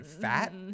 fat